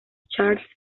charts